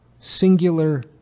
singular